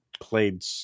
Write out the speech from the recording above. played